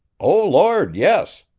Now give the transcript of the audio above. o lord, yes.